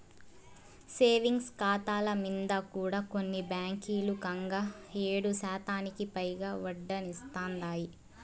savings కాతాల మింద కూడా కొన్ని బాంకీలు కంగా ఏడుశాతానికి పైగా ఒడ్డనిస్తాందాయి